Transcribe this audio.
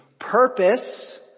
Purpose